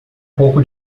pouco